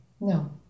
No